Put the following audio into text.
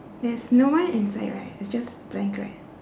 there's no one inside right it's just blank right